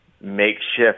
makeshift